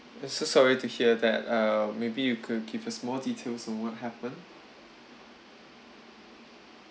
so sorry to hear that uh maybe you could give us on more details on what happened